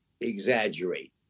exaggerate